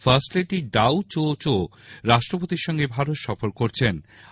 fart lady ডাউ চো চো রাষ্ট্রপতির সঙ্গে ভারত সফর করছেন